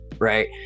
Right